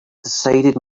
decided